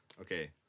Okay